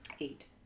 Eight